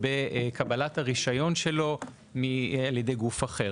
בקבלת הרישיון שלו על ידי גוף אחר.